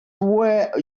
were